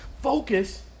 focus